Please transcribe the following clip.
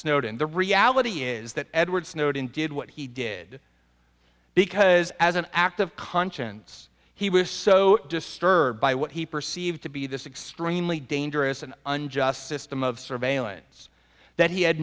snowden the reality is that edward snowden did what he did because as an act of conscience he was so disturbed by what he perceived to be this extremely dangerous and unjust system of surveillance that he had